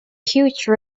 huge